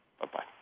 Bye-bye